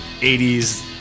80s